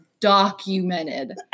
Documented